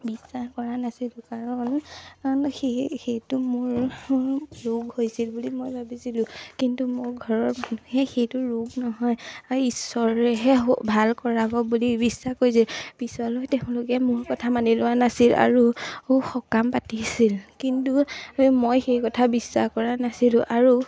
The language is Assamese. বিশ্বাস কৰা নাছিলোঁ কাৰণ সেই সেইটো মোৰ ৰোগ হৈছিল বুলি মই ভাবিছিলোঁ কিন্তু মোৰ ঘৰৰ মানুহে সেইটো ৰোগ নহয় ঈশ্বৰেহে ভাল কৰাব বুলি বিশ্বাস কৰিছিল পিছলৈ তেওঁলোকে মোৰ কথা মানি লোৱা নাছিল আৰু সকাম পাতিছিল কিন্তু মই সেই কথা বিশ্বাস কৰা নাছিলোঁ আৰু